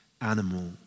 animal